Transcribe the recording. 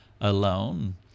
alone